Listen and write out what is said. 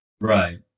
Right